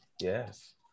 yes